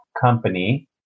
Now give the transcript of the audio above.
company